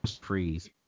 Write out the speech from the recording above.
Freeze